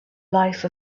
life